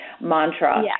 mantra